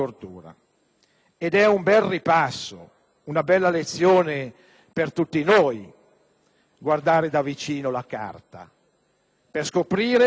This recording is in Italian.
È un bel ripasso, una bella lezione per tutti noi, guardare da vicino la Carta per scoprire il